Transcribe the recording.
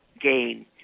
gain